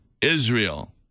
Israel